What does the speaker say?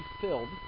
filled